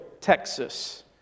Texas